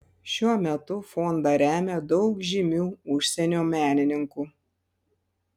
šiuo metu fondą remia daug žymių užsienio menininkų